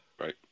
Right